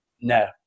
No